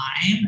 time